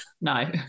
No